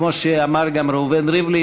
כמו שאמר גם ראובן ריבלין,